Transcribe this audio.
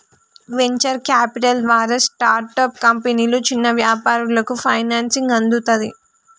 venture capital ద్వారా startup కంపెనీలు, చిన్న వ్యాపారాలకు ఫైనాన్సింగ్ అందుతది